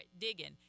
digging